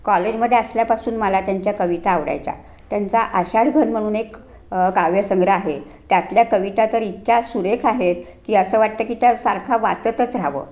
कॉलेजमध्ये असल्यापासून मला त्यांच्या कविता आवडायच्या त्यांचा आषाढघन म्हणून एक काव्यसंग्रह आहे त्यातल्या कविता तर इतक्या सुरेख आहेत की असं वाटतं की त्या सारखा वाचतच रहावं